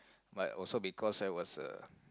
but also because I was a